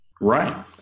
Right